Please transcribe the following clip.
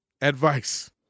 advice